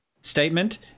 statement